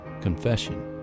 confession